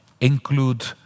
include